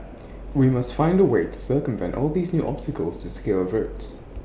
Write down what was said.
we must find A way to circumvent all these new obstacles and secure votes